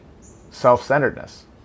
self-centeredness